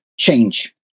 Change